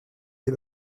des